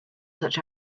such